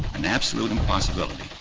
an absolute impossibility.